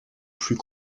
plus